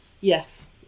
Yes